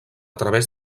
través